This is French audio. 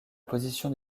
position